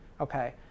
Okay